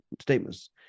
statements